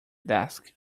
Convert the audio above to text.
desk